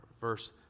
verse